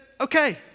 okay